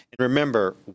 remember